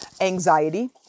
anxiety